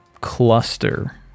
cluster